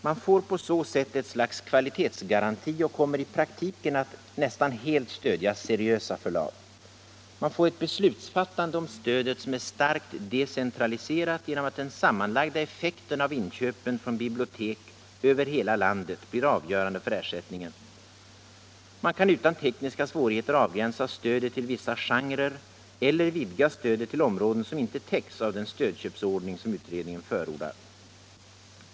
Man får på så sätt ett slags kvalitetsgaranti och kommer i praktiken att nästan helt stödja seriösa förlag. Man får ett beslutsfattande om stödet som är starkt decentraliserat genom att den sammanlagda effekten av inköpen från bibliotek över heta landet blir avgörande för ersättningen. Man kan vidare utan tekniska svårigheter avgränsa stödet till vissa genrer eher vidga stödet till områden som inte täcks av den stödköpsordning som utredningen förordar.